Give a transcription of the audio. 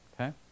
Okay